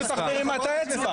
אני לא ראיתי אותך מרימה את האצבע.